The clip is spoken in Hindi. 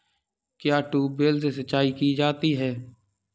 क्या ट्यूबवेल से सिंचाई की जाती है?